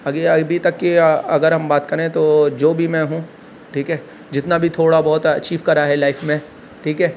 آگے ابھی تک کی اگر ہم بات کریں تو جو بھی میں ہوں ٹھیک ہے جتنا بھی تھوڑا بہت اچیو کرا ہے لائف میں ٹھیک ہے